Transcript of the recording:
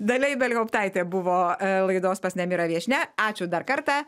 dalia ibelhauptaitė buvo laidos pas nemira viešnia ačiū dar kartą